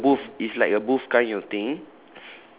there's like a booth it's like a booth kind of thing